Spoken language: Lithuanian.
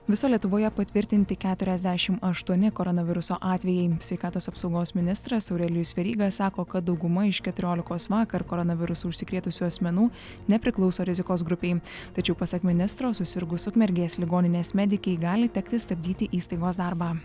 viso lietuvoje patvirtinti keturiasdešim aštuoni koronaviruso atvejai sveikatos apsaugos ministras aurelijus veryga sako kad dauguma iš keturiolikos vakar koronavirusu užsikrėtusių asmenų nepriklauso rizikos grupei tačiau pasak ministro susirgus ukmergės ligoninės medikei gali tekti stabdyti įstaigos darbą